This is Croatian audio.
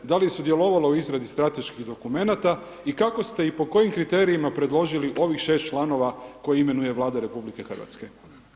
Da li je sudjelovalo u izradi strateških dokumenata i kako ste i po kojim kriterijima preložili ovih 6 članova koje imenuje Vlada RH?